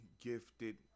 gifted